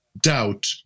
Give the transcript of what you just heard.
doubt